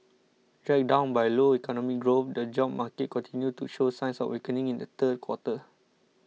dragged down by low economic growth the job market continued to show signs of weakening in the third quarter